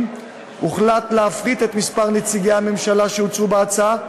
הוחלט להפחית את מספר נציגי הממשלה שהוצעו בהצעה,